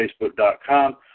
facebook.com